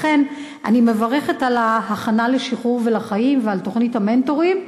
לכן אני מברכת על ההכנה לשחרור ולחיים ועל תוכנית ה"מנטורים".